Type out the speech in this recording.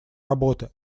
работы